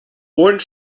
und